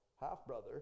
half-brother